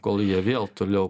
kol jie vėl toliau